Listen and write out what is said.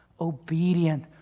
obedient